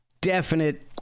definite